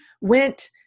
went